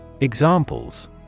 Examples